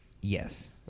Yes